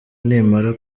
nimara